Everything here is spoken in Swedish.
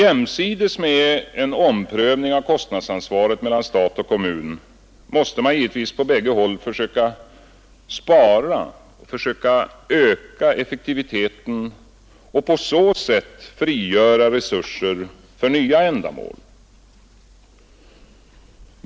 Jämsides med en omprövning av kostnadsansvaret mellan stat och kommun måste man givetvis på bägge håll försöka spara och försöka öka effektiviteten och på så sätt frigöra resurser för nya ändamål.